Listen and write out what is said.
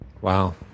wow